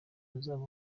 uzaba